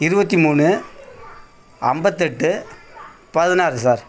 இருபத்தி மூணு ஐம்பத்தெட்டு பதினாறு சார்